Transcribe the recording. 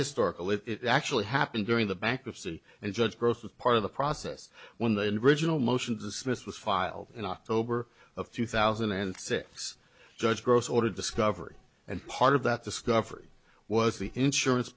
historical it's actually happened during the bankruptcy judge growth as part of the process when the and original motion to dismiss was filed in october of two thousand and six judge gross order discovery and part of that discovery was the insurance